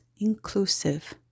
inclusive